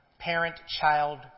Parent-child